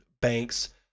bank's